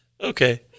Okay